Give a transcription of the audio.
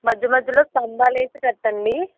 మధ్య మధ్యలో స్థంభాలేసి కట్టండీ